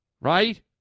Right